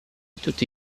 tutti